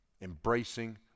embracing